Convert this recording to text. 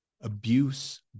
abuse